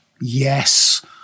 Yes